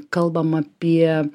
kalbam apie